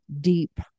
deep